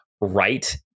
right